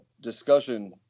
discussion